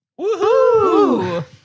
Woohoo